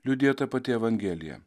liudija ta pati evangelija